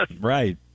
Right